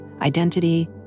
identity